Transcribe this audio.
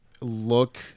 look